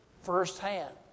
firsthand